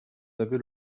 avait